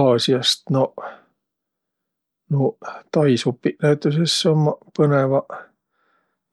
Aasiast? Noq, nuuq tai supiq näütüses ummaq põnõvaq.